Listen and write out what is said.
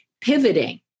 pivoting